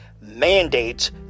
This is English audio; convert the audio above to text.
mandates